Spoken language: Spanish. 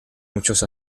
muchos